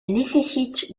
nécessitent